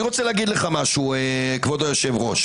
כבוד היושב-ראש,